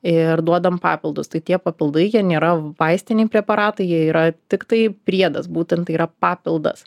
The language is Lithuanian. ir duodam papildus tai tie papildai jie nėra vaistiniai preparatai jie yra tiktai priedas būtent tai yra papildas